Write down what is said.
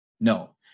no